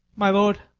my lord.